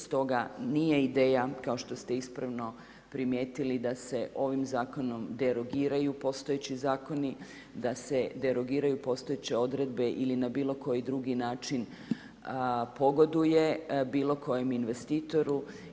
Stoga nije ideja kao što ste ispravno primijetili da se ovim zakonom derogiraju postojeći zakoni, da se derogiraju postojeće odredbe ili na bilo koji drugi način pogoduje bilo kojem investitoru.